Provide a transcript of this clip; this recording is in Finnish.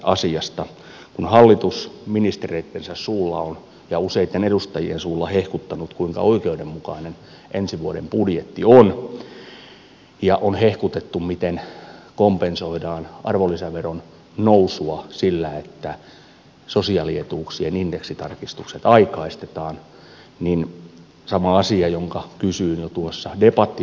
kun hallitus ministereittensä ja useitten edustajien suulla on hehkuttanut kuinka oikeudenmukainen ensi vuoden budjetti on ja miten kompensoidaan arvonlisäveron nousua sillä että sosiaalietuuksien indeksitarkistukset aikaistetaan niin kysyn samaa asiaa jota kysyin jo tuossa debattivaiheessa